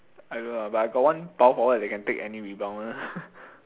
I don't know ah but I got one power forward that can take any rebound [one]